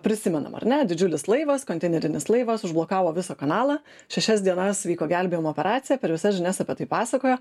prisimenam ar net didžiulis laivas konteinerinis laivas užblokavo visą kanalą šešias dienas vyko gelbėjimo operacija per visas žinias apie tai pasakojo